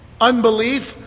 unbelief